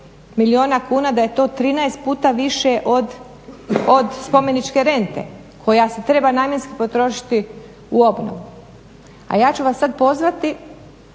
milijuna kuna da je to 13 puta više od spomeničke rente koja se treba namjenski potrošiti u obnovu. A ja ću vas sad pozvati